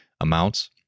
amounts